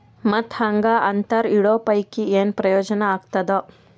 ಮತ್ತ್ ಹಾಂಗಾ ಅಂತರ ಇಡೋ ಪೈಕಿ, ಏನ್ ಪ್ರಯೋಜನ ಆಗ್ತಾದ?